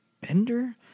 Bender